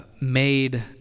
made